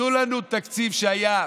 תנו לנו את התקציב שהיה,